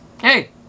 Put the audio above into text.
hey